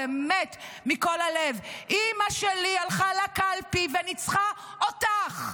באמת מכל הלב: אימא שלי הלכה לקלפי וניצחה אותך.